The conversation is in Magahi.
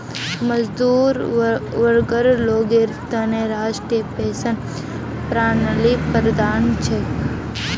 मजदूर वर्गर लोगेर त न राष्ट्रीय पेंशन प्रणाली वरदान छिके